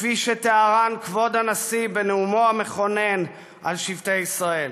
כפי שתיארן כבוד הנשיא בנאומו המכונן על שבטי ישראל.